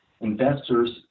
investors